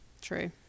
true